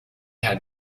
had